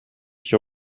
sich